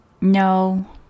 No